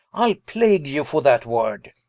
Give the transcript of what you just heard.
ile plague ye for that word